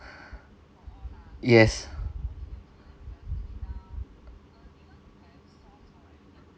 yes